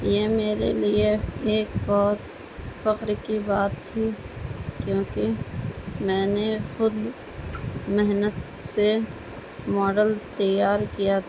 یہ میرے لیے ایک بہت فخر کی بات تھی کیونکہ میں نے خود محنت سے ماڈل تیار کیا